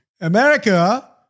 America